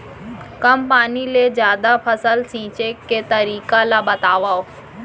कम पानी ले जादा फसल सींचे के तरीका ला बतावव?